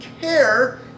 care